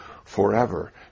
Forever